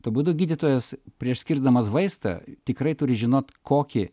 tuo būdu gydytojas prieš skirdamas vaistą tikrai turi žinot kokį